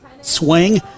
Swing